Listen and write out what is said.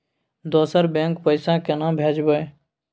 दोसर बैंक पैसा केना भेजबै?